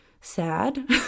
sad